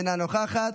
אינה נוכחת.